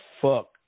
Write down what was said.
fuck